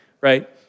right